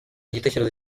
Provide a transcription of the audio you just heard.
igitekerezo